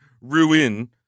Ruin